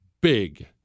big